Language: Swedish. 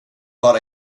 bara